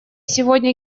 сегодня